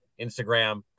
Instagram